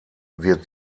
wird